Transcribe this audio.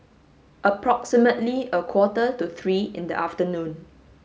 approximately a quarter to three in the afternoon